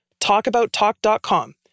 talkabouttalk.com